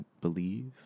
believe